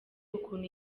ukuntu